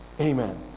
Amen